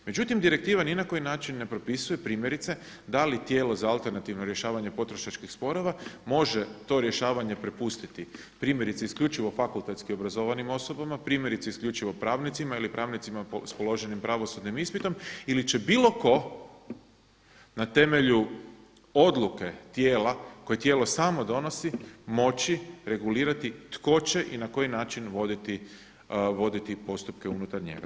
Međutim, direktiva ni na koji način ne propisuje primjerice da li tijelo za alternativno rješavanje potrošačkih sporova može to rješavanje prepustiti primjerice isključivo fakultetski obrazovanim osobama, primjerice isključivo pravnicima ili pravnicima s položenim pravosudnim ispitom, ili će bilo tko na temelju odluke tijela koje tijelo samo donosi moći regulirati tko će i na koji način voditi postupke unutar njega.